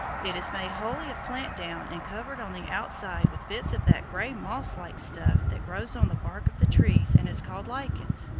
it is made wholly of plant down and covered on the outside with bits of that gray moss-like stuff that grows on the bark of the trees and is called lichens.